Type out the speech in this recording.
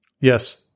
Yes